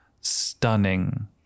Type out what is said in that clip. stunning